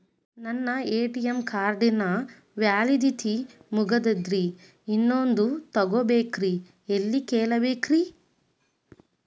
ನನ್ನ ATM card ನ validity ಮುಗದದ್ರಿ ಇನ್ನೊಂದು ತೊಗೊಬೇಕ್ರಿ ಎಲ್ಲಿ ಕೇಳಬೇಕ್ರಿ?